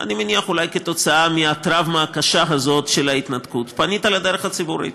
אני מניח שכתוצאה מהדרמה הקשה הזאת של ההתנתקות: פנית לדרך הציבורית.